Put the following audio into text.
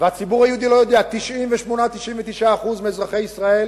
והציבור היהודי לא יודע, 98% 99% מאזרחי ישראל